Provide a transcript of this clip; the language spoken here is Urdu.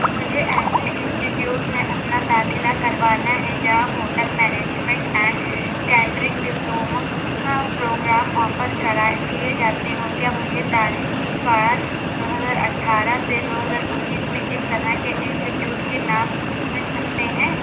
مجھے ایسے انسٹیٹیوٹ میں اپنا داخلہ کروانا ہے جہاں hotel management and catering diploma program offer کرائے کیے جاتے ہوں کیا مجھے تعلیمی سال دو ہزار اٹھارہ سے دو ہزار انیس میں اس طرح کے انسیٹیوٹ کے نام مل سکتے ہیں